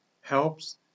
helps